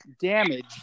damage